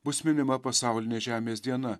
bus minima pasaulinė žemės diena